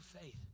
faith